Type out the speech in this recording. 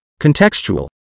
contextual